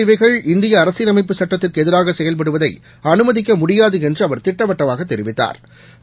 இவைகள் இந்திய அரசியலைப்பு ஆனால் சுட்டத்திற்குஎதிராகசெயல்படுவதைஅனுமதிக்கமுடியாதுஎன்றுஅவர் திட்டவட்டமாகதெரிவித்தாா்